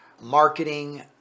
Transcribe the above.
marketing